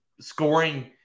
scoring